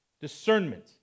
Discernment